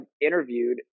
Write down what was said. interviewed